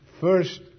first